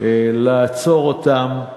לעצור אותם.